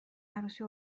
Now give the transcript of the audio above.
عروسی